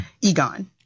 Egon